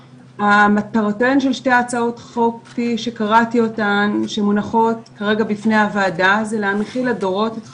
מטרות שתי הצעות החוק שמונחות בפני הוועדה זה להנחיל לדורות את חזונם,